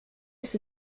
ist